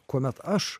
kuomet aš